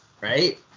right